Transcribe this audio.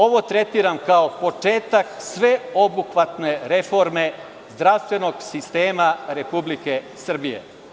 Ovo tretiram kao početak sveobuhvatne reforme zdravstvenog sistema Republike Srbije.